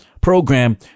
program